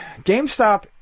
GameStop